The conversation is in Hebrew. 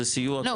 זה סיוע קבוע.